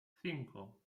cinco